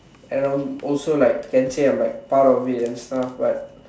and also like can say like I'm part of it and stuff but